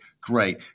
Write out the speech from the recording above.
great